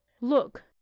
Look